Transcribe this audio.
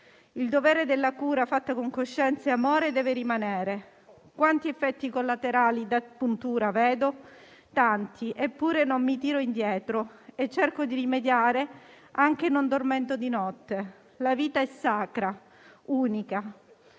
Il dovere della cura fatta con coscienza e amore deve rimanere. Quanti effetti collaterali da puntura vedo? Tanti, eppure non mi tiro indietro e cerco di rimediare anche non dormendo di notte. La vita è sacra, unica.